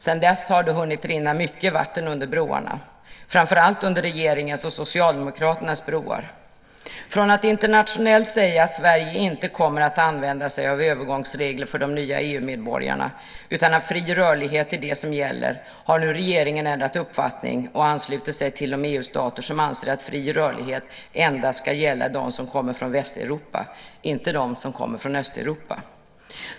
Sedan dess har det hunnit rinna mycket vatten under broarna, framför allt under regeringens och Socialdemokraternas broar. Från att internationellt säga att Sverige inte kommer att använda sig av övergångsregler för de nya EU-medborgarna utan att fri rörlighet är det som gäller har nu regeringen ändrat uppfattning och anslutit sig till de EU-stater som anser att fri rörlighet endast ska gälla dem som kommer från Västeuropa, inte dem som kommer från Östeuropa.